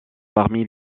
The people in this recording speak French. parmi